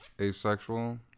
Asexual